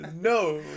No